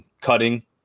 Cutting